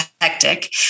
hectic